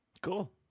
cool